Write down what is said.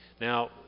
Now